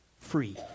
free